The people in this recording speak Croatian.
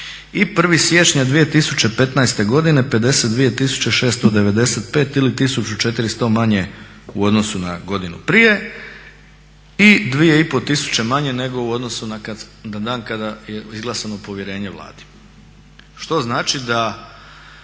i 1.siječnja 2015.godine 52.695 ili 1.400 manje u odnosu na godinu prije i 2.500 manje nego u odnosu na dan kada je izglasano povjerenje Vladi, što znači da